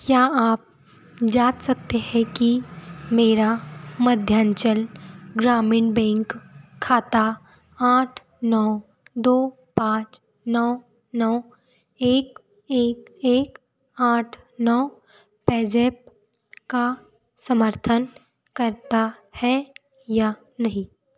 क्या आप जाँच सकते हैं कि मेरा मध्यांचल ग्रामीण बैंक खाता आठ नौ दो पाँच नौ नौ एक एक एक आठ नौ पेज़ैप का समर्थन करता है या नहीं